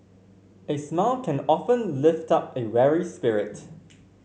a smile can often lift up a weary spirit